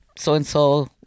so-and-so